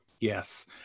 Yes